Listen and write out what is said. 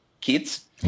kids